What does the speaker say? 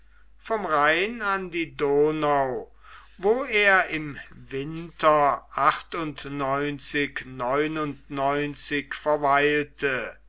vom rhein an die donau wo er im winter verweilte